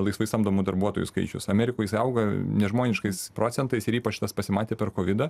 laisvai samdomų darbuotojų skaičius amerikoj jis auga nežmoniškais procentais ir ypač tas pasimatė per kovidą